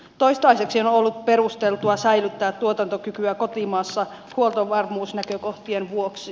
toistaiseksi on ollut perusteltua säilyttää tuotantokykyä kotimaassa huoltovarmuusnäkökohtien vuoksi